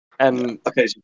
Okay